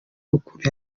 ukuntu